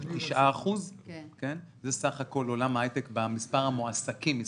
הוא תשעה אחוז - זה סך הכל בעולם ההייטק סך המועסקים.